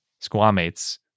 squamates